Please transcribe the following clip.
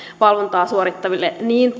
valvontaa suorittaville